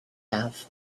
have